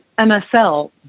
MSL